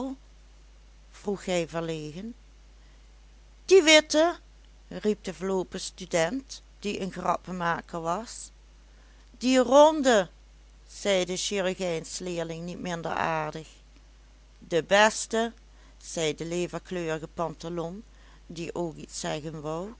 vroeg hij verlegen die witte riep de verloopen student die een grappenmaker was die ronde zei de chirurgijnsleerling niet minder aardig de beste zei de leverkleurige pantalon die ook iets zeggen wou